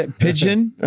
ah pigeon?